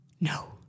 no